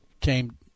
came